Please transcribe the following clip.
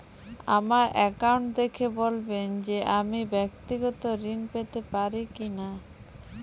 আমার অ্যাকাউন্ট দেখে বলবেন যে আমি ব্যাক্তিগত ঋণ পেতে পারি কি না?